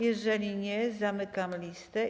Jeżeli nie, zamykam listę.